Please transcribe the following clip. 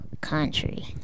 country